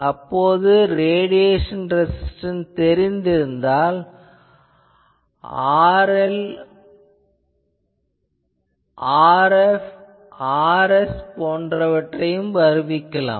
அப்போது radiation resistance தெரிந்திருந்தால் Rr RL மற்றும் Rr ஆகியவற்றை வருவிக்கலாம்